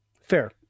Fair